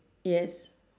yes